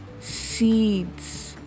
seeds